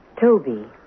Toby